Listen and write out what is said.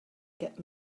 get